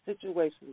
situations